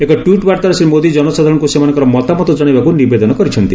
ଏକ ଟ୍ୱିଟ୍ ବାର୍ଭାରେ ଶ୍ରୀ ମୋଦୀ ଜନସାଧାରଣଙ୍କୁ ସେମାନଙ୍କର ମତାମତ ଜଣାଇବାକୁ ନିବେଦନ କରିଛନ୍ତି